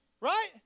Right